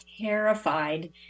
terrified